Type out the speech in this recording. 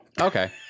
okay